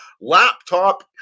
Laptop